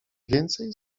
więcej